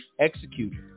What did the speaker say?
Executed